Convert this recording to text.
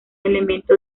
elemento